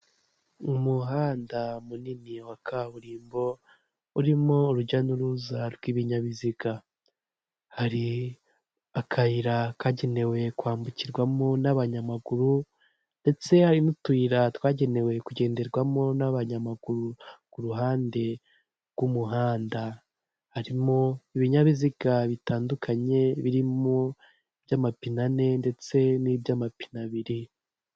Umuhanda munini wa kaburimbo urimo urujya n'uruza rw'ibinyabiziga, hari akayira kagenewe kwambukirwamo n'abanyamaguru ndetse hari n'utuyira twagenewe kugenderwamo n'abanyamaguru, ku ruhande rw'umuhanda harimo ibinyabiziga bitandukanye birimo iby'amapine ane ndetse n'iby'amapine abiri.